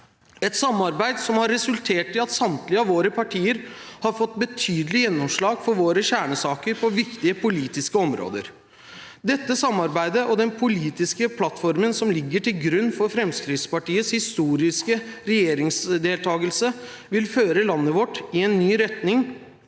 et samarbeid som har resultert i at samtlige av våre partier har fått betydelig gjennomslag for våre kjernesaker på viktige politiske områder. Dette samarbeidet og den politiske plattformen som ligger til grunn for Fremskrittspartiets historiske regjeringsdeltakelse, vil føre landet vårt i en ny retning